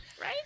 right